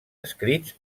escrits